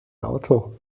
auto